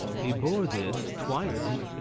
he bore this twice.